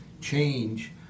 change